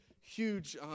huge